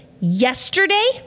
yesterday